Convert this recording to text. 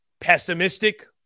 pessimistic